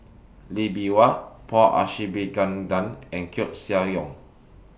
Lee Bee Wah Paul and Koeh Sia Yong